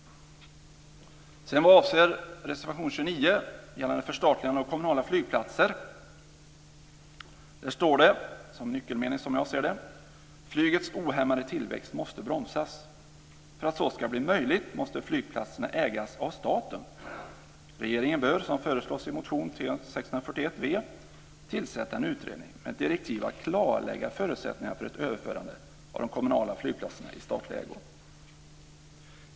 Vad avser reservation 29 gällande förstatligande av kommunala flygplatser står, som jag ser det, som nyckelmening: "Flygets ohämmade tillväxt måste bromsas." För att så ska bli möjligt måste flygplatserna ägas av staten. "Regeringen bör, som föreslås i motion T641 , tillsätta en utredning med direktiv att klarlägga förutsättningarna för ett överförande av de kommunala flygplatserna i statlig ägo."